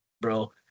bro